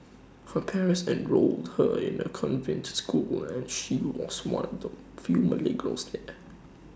her parents enrolled her in A convent school and she was one of few Malay girls there